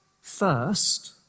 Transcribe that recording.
first